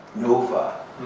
nova,